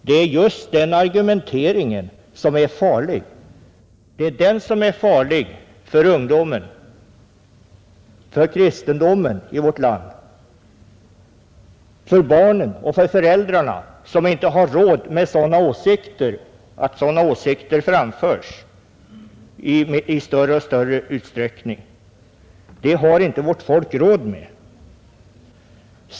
Det är just den argumenteringen som herr Wikströms nu, som är farlig för ungdomen, för kristendomen i vårt land, för barnen och för föräldrarna, som inte har råd med att sådana åsikter framförs i allt större utsträckning. Det har inte vårt folk råd med.